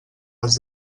les